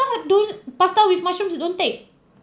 pasta don't pasta with mushrooms you don't take